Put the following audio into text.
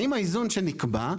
האם האיזון שנקבע,